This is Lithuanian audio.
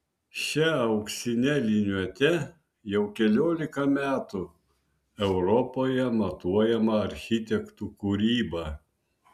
šia auksine liniuote jau keliolika metų europoje matuojama architektų kūryba